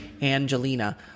Angelina